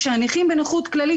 כאשר הנכים בנכות כללית,